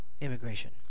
immigration